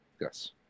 Yes